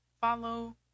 follow